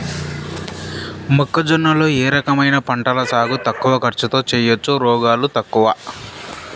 మొక్కజొన్న లో ఏ రకమైన పంటల సాగు తక్కువ ఖర్చుతో చేయచ్చు, రోగాలు తక్కువ?